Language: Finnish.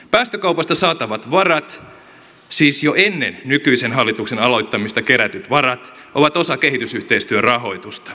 päästökaupasta saatavat varat siis jo ennen nykyisen hallituksen aloittamista kerätyt varat ovat osa kehitysyhteistyön rahoitusta